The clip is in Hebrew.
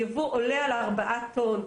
הייבוא עולה על 4 טון,